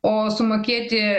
o sumokėti